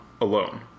alone